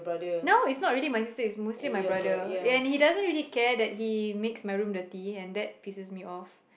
no it's not really my sister it's mostly my brother and he doesn't even care that he makes my room dirty and that pisses me off